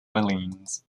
orleans